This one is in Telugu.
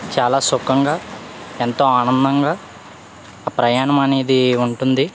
చాలా సుఖంగా ఎంతో ఆనందంగా ప్రయాణం అనేది ఉంటుంది